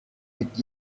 mit